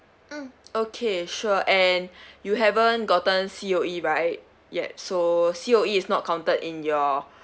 mm okay sure and you haven't gotten C_O_E right yet so C_O_E is not counted in your